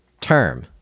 term